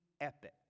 epic